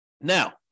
Now